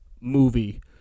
movie